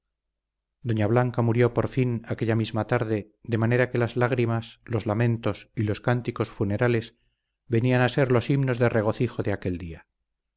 doña blanca murió por fin aquella misma tarde de manera que las lágrimas los lamentos y los cánticos funerales venían a ser los himnos de regocijo de aquel día